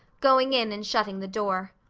going in and shutting the door.